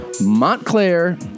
Montclair